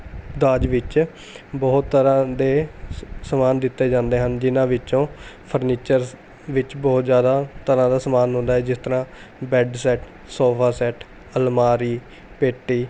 ਦਾਜ ਵਿੱਚ ਬਹੁਤ ਤਰ੍ਹਾਂ ਦੇ ਸਮਾਨ ਦਿੱਤੇ ਜਾਂਦੇ ਹਨ ਜਿਹਨਾਂ ਵਿੱਚੋਂ ਫਰਨੀਚਰਸ ਵਿੱਚ ਬਹੁਤ ਜ਼ਿਆਦਾ ਤਰ੍ਹਾਂ ਦਾ ਸਮਾਨ ਹੁੰਦਾ ਹੈ ਜਿਸ ਤਰ੍ਹਾਂ ਬੈਡ ਸੈੱਟ ਸੋਫਾ ਸੈੱਟ ਅਲਮਾਰੀ ਪੇਟੀ